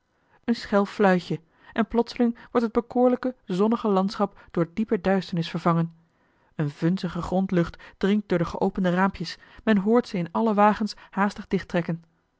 een schel fluitje en plotseling wordt het bekoorlijke zonnige landschap door diepe duisternis vervangen eene vunzige grondlucht dringt door de geopende raampjes men hoort ze in alle wagens haastig